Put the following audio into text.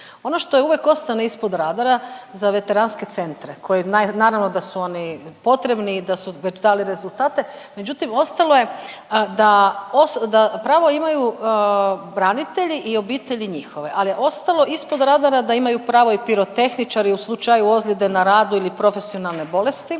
Ono što je uvijek ostane ispod radara, za veteranske centre, koje naravno da su oni potrebni i da su već dali rezultate, međutim ostalo je da, da pravo imaju branitelji i obitelji njihove, ali je ostalo ispod radara da imaju pravo i pirotehničari u slučaju ozljede na radu ili profesionalne bolesti,